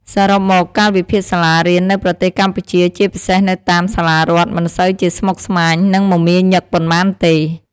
សរុបមក កាលវិភាគសាសារៀននៅប្រទេសកម្ពុជាជាពិសេសនៅតាមសាលារដ្ឋមិនសូវជាស្មុគស្មាញ និងមាមាញឹកប៉ុន្មានទេ។